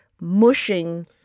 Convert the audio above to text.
mushing